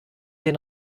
den